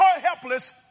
helpless